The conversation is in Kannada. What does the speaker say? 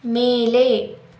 ಮೇಲೆ